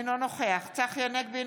אינו נוכח צחי הנגבי,